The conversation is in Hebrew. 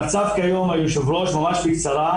המצב כיום, ממש בקצרה.